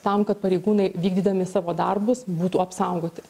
tam kad pareigūnai vykdydami savo darbus būtų apsaugoti